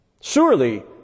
Surely